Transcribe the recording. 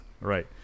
Right